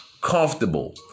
comfortable